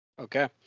Okay